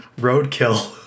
Roadkill